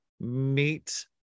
meet